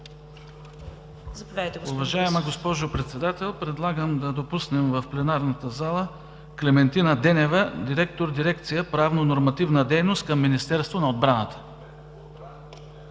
Уважаема госпожо Председател, предлагам да допуснем в пленарната зала Клементина Денева – директор на Дирекция „Правно-нормативна дейност“ към Министерството на отбраната.